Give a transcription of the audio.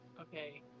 Okay